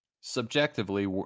subjectively